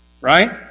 right